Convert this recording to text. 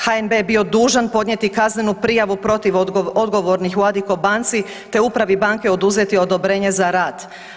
HNB je bio dužan podnijeti kaznenu prijavu protiv odgovornih u Addiko banci te upravi banke oduzeti odobrenje za rad.